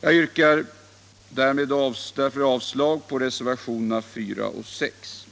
Jag yrkar avslag på reservationerna 4 och 6.